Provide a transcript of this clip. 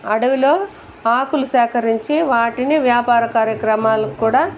అడవిలో ఆకులు సేకరించి వాటిని వ్యాపార కార్యక్రమాలకు కూడా